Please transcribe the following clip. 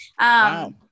Wow